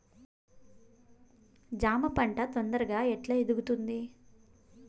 జామ పంట తొందరగా ఎట్లా ఎదుగుతుంది?